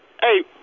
Hey